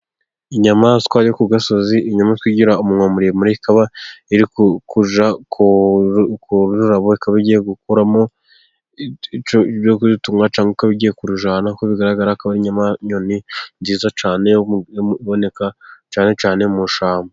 Inyamaswa yo ku gasozi, inyamaswa igira umunwa muremure. Ikaba iri kujya ku rurabo ikaba igiye gukuramo ibyo kuyitunga cyangwa ikaba igiye kurujyana. Uko bigaragara ikaba ari inyoni nziza cyane iboneka cyane cyane mu ishyamba.